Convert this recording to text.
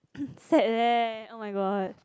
sad leh oh-my-god